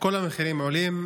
כל המחירים עולים,